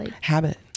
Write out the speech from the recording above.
Habit